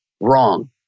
wrong